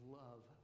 love